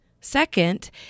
Second